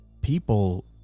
people